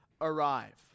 arrive